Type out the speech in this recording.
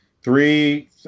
Three